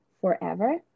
forever